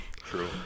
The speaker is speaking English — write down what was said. true